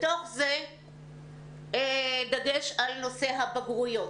ובתוך זה דגש על נושא הבגרויות.